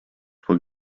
were